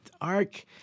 ark